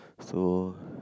so